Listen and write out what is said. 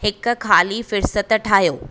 हिक ख़ाली फ़रिस्त ठाहियो